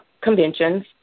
conventions